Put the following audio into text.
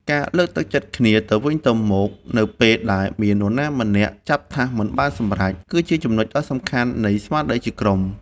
ការលើកទឹកចិត្តគ្នាទៅវិញទៅមកនៅពេលដែលមាននរណាម្នាក់ចាប់ថាសមិនបានសម្រេច គឺជាចំណុចដ៏សំខាន់នៃស្មារតីជាក្រុម។